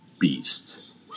beast